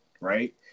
right